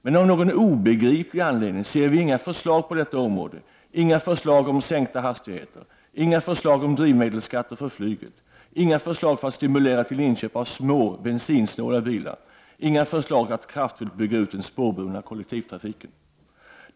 Men av någon obegriplig anledning ser vi inga förslag på detta område, dvs. inga förslag om sänkta hastigheter, drivmedelsskatter för flyg, för att stimulera till inköp av små bensinsnåla bilar och för att kraftigt bygga ut den spårbundna kollektivtrafiken.